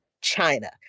China